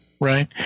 Right